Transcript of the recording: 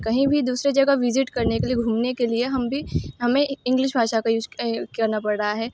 कहीं भी दूसरी जगह विज़िट करने के लिए घूमने के लिए हम भी हमें इंग्लिश भाषा का यूज करना पड़ रहा है